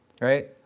right